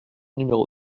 numéro